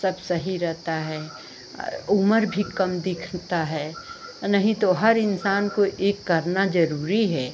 सब सही रहता है उमर भी कम दिखती है नहीं तो हर इन्सान को एक करना ज़रूरी है